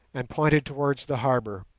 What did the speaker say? and pointed towards the harbour